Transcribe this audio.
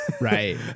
right